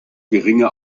geringe